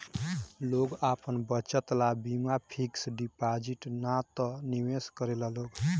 लोग आपन बचत ला बीमा फिक्स डिपाजिट ना त निवेश करेला लोग